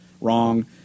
Wrong